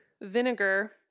vinegar